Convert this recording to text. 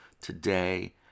today